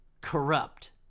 corrupt